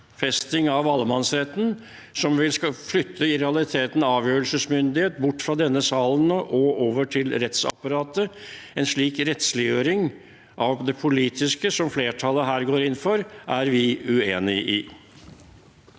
allemannsretten, som i realiteten vil flytte avgjørelsesmyndighet bort fra denne salen og over til rettsapparatet. En slik rettsliggjøring av det politiske som flertallet her går inn for, er vi uenig i.